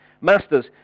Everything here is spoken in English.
Masters